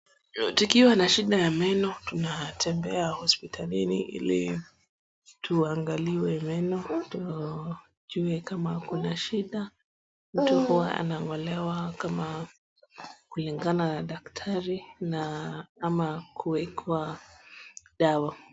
Tukiwa na shida ya meno tunatembea hospitalini ili tuangaliwe meno tujue kama kuna shida. Mtu hua anang'olewa kama kulingana na daktari na ama kuwekwa dawa.